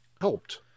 helped